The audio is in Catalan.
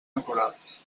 naturals